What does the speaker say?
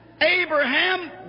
Abraham